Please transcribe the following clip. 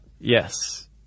Yes